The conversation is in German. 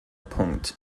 punkt